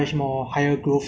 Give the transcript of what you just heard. ya then also like